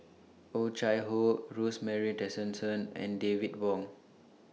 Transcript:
Oh Chai Hoo Rosemary Tessensohn and David Wong